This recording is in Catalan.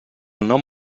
nom